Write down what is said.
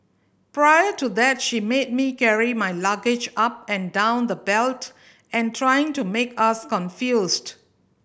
prior to that she made me carry my luggage up and down the belt and trying to make us confused